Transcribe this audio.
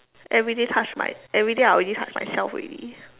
everyday touch my everyday I already touch myself already